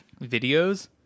videos